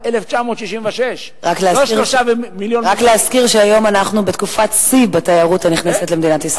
רק להזכיר שהיום אנחנו בתקופת שיא בתיירות הנכנסת למדינת ישראל.